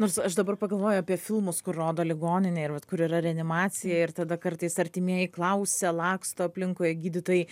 nors aš dabar pagalvoju apie filmus kur rodo ligoninę ir vat kur yra reanimacija ir tada kartais artimieji klausia laksto aplinkui o gydytojai